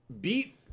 beat